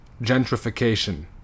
gentrification